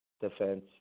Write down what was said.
defense